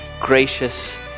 gracious